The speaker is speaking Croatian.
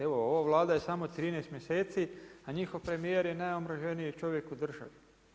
Evo ova Vlada je samo 13 mjeseci, a njihov premijer je najomraženiji čovjek u državi.